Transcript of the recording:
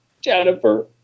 Jennifer